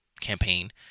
campaign